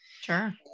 Sure